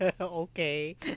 Okay